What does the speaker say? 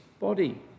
body